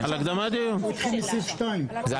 זה על